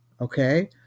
okay